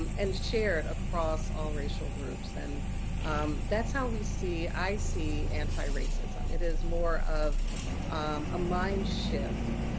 um and shared across all racial groups. and that's how we see i see antiracism. it is more of a mind shift,